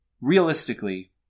realistically